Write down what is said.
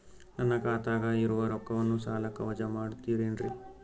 ನನ್ನ ಖಾತಗ ಇರುವ ರೊಕ್ಕವನ್ನು ಸಾಲಕ್ಕ ವಜಾ ಮಾಡ್ತಿರೆನ್ರಿ?